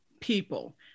people